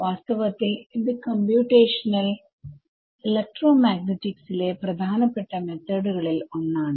വാസ്തവത്തിൽ ഇത് കംപ്യൂട്ടേഷണൽ ഇലക്ട്രോമാഗ്നെറ്റിക്സിലെ പ്രധാനപ്പെട്ട മേതോഡുകളിൽ ഒന്നാണ്